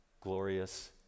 glorious